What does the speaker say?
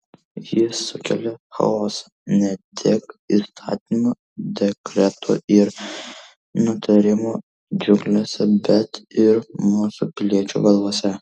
jis sukelia chaosą ne tik įstatymų dekretų ir nutarimų džiunglėse bet ir mūsų piliečių galvose